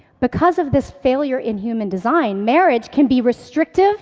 because of this failure in human design, marriage can be restrictive